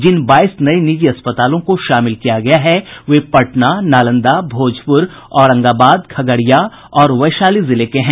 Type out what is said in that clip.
जिन बाईस नये निजी अस्पतालों को शामिल किया गया है वे पटना नालंदा भोजपुर औरंगाबाद खगड़िया और वैशाली जिले के हैं